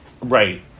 right